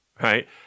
Right